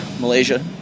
Malaysia